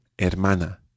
hermana